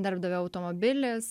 darbdavio automobilis